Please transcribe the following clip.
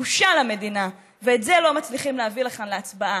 בושה למדינה, את זה לא מצליחים להביא לכאן להצבעה.